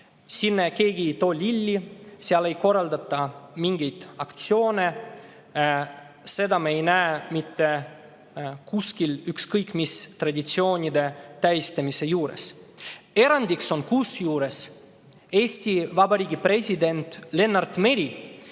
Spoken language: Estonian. Sinna ei too keegi lilli, seal ei korraldata mingeid aktsioone, seda me ei näe mitte kuskil ükskõik mis traditsioonide tähistamise juures. Erandiks on kusjuures Eesti Vabariigi president Lennart Meri,